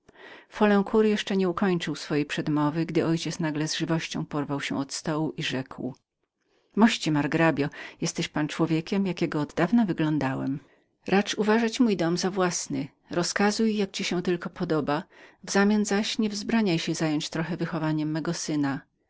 jeszcze nie był ukończył swojej przemowy gdy mój ojciec nagle porwał się od stołu i rzekł mości margrabio jesteś pan człowiekiem jakiego oddawna wyglądałem racz uważać mój dom za własny rozkazuj jak ci się tylko podoba w zamian zaś nie wzbraniaj się zająć trocha wychowaniem mego syna